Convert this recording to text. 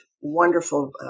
wonderful